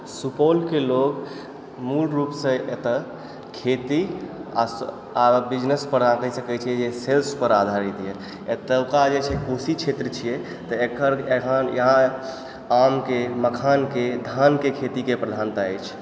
सुपौल के लोग मूल रूप सऽ एतऽ खेती आ बिजनेस पर अहाँ कैह सकै छियै जे सेल्स पर आधारित यऽ एतौका जे छै कोशिश क्षेत्र छियै तऽ एकर एखन यहाँ आम के मखान के धान के खेती के प्रधानता अछि